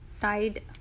tied